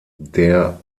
der